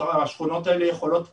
השכונות האלה יכולות עכשיו,